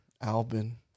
Albin